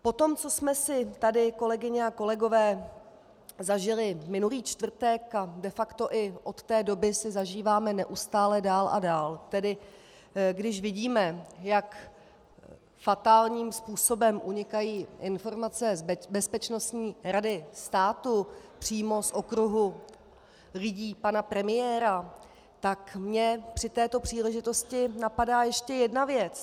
Po tom, co jsme si tady, kolegyně a kolegové, zažili minulý čtvrtek a de facto i od té doby si zažíváme neustále dál a dál, tedy když vidíme, jak fatálním způsobem unikají informace z Bezpečnostní rady státu, přímo z okruhu lidí pana premiéra, tak mě při této příležitosti napadá ještě jedna věc.